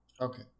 Okay